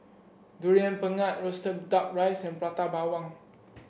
Durian Pengat roasted duck rice and Prata Bawang